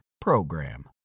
PROGRAM